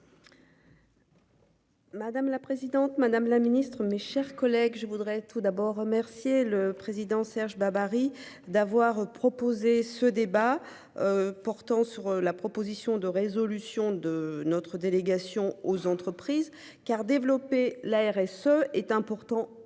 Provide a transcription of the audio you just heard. Madame la présidente Madame la Ministre, mes chers collègues, je voudrais tout d'abord remercier le président Serge Babary d'avoir proposé ce débat. Portant sur la proposition de résolution de notre délégation aux entreprises car développer la RSE est important pour